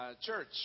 church